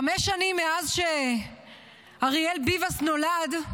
חמש שנים מאז שאריאל ביבס נולד,